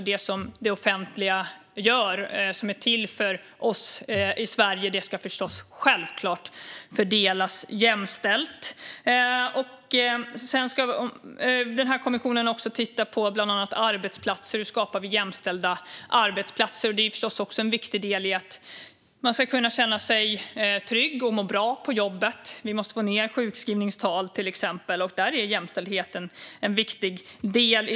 Men givetvis ska offentliga insatser fördelas jämställt. Kommissionen ska också titta på hur man skapar jämställda arbetsplatser. Det är förstås också viktigt för att alla ska känna sig trygga och må bra på jobbet. Sjukskrivningstalet måste ned, och här är jämställdheten en viktig del.